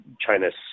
China's